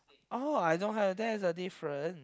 oh I don't have there is a different